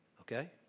Okay